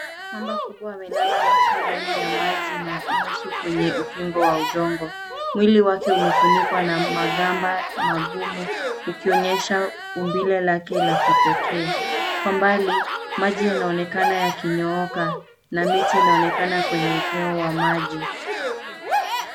Mamba kubwa amelala nusu ndani ya maji na nusu kwenye ukingo wa udongo. Mwili wake umefunikwa na magamba magumu ukionyesha umbile lake la kipekee. Kwa mbali, maji yanaonekana yakinyooka na miti inaonekana kwenye upeo wa maji.